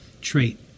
trait